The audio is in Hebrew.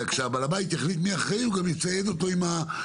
וכשבעל הבית יחליט מי אחראי הוא גם יצייד אותו עם הכלים